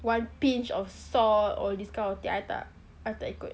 one pinch of salt all this kind of thing I tak ikut